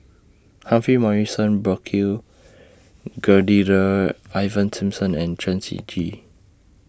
Humphrey Morrison Burkill Ivan Simson and Chen Shiji